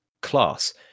class